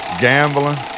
Gambling